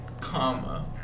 comma